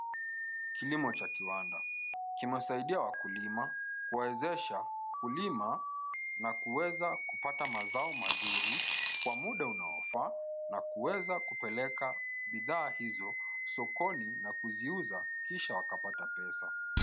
Kilimo cha kiwanda kinawasaidia wakulima kuwawezesha kulima na kuweza kupata mazao mazuri kwa muda unaofaa na kuweza kupeleka bidhaa hizo sokoni na kuziuza kisha wakapata pesa.